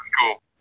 Cool